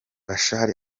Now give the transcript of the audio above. bashar